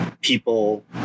people